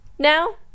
Now